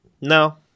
no